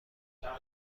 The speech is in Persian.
اینها